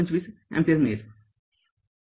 २५ ampere मिळेल